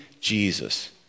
Jesus